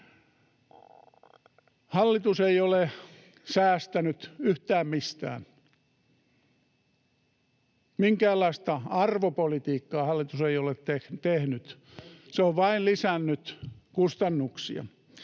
Hallitus ei ole säästänyt yhtään mistään. Minkäänlaista arvopolitiikkaa hallitus ei ole tehnyt. [Tuomas Kettunen: Ei